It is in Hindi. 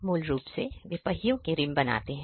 तो मूल रूप से वे पहियों के रिम बनाते हैं